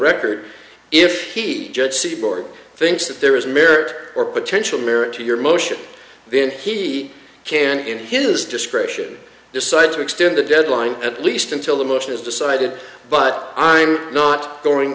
record if he judge seaboard thinks that there is merit or potential merit to your motion then he can in his discretion decide to extend the deadline at least until the motion is decided but i'm not going